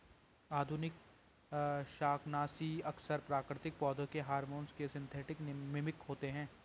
आधुनिक शाकनाशी अक्सर प्राकृतिक पौधों के हार्मोन के सिंथेटिक मिमिक होते हैं